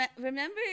Remember